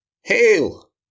hail